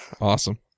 Awesome